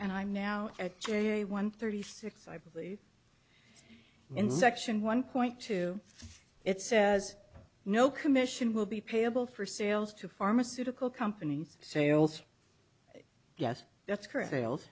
and i'm now at j one thirty six i believe in section one point two it says no commission will be payable for sales to pharmaceutical companies sales yes that's correct ales